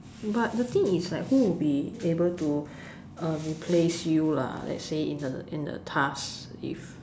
but the thing is like who will be able to uh replace you lah let's say in the in the task if